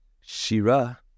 shira